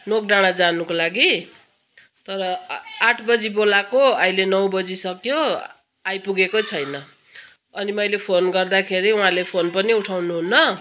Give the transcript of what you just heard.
नोकडाँडा जानुको लागि तर आठ बजी बोलाएको अहिले नौ बजिसक्यो आइपुगेको छैन अनि मैले फोन गर्दाखेरि उहाँले फोन पनि उठाउनु हुन्न